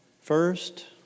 First